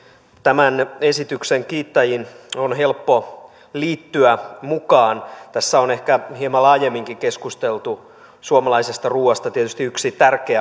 tämän esityksen kiittäjiin on helppo liittyä mukaan tässä on ehkä hieman laajemminkin keskusteltu suomalaisesta ruoasta tietysti yksi tärkeä asia